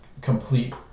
complete